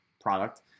product